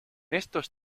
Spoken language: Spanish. estos